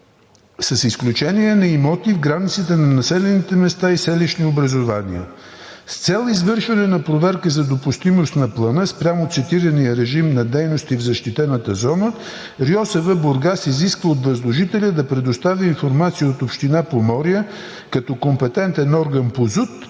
с изключение на имоти в границите на населените места и селищни образувания. С цел извършване на проверка за допустимост на плана спрямо цитирания режим на дейности в защитената зона, РИОСВ – Бургас, изисква от възложителя да предостави информация от община Поморие като компетентен орган по ЗУТ,